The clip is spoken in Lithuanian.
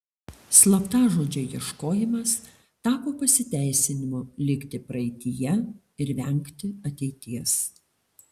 slaptažodžio ieškojimas tapo pasiteisinimu likti praeityje ir vengti ateities